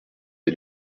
est